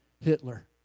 Hitler